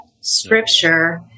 scripture